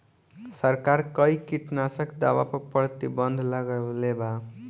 सरकार कई किटनास्क दवा पर प्रतिबन्ध लगवले बा